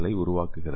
we உருவாக்குகிறது